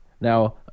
Now